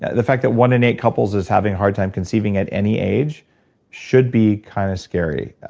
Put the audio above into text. the fact that one in eight couples is having a hard time conceiving at any age should be kind of scary.